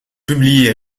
publiés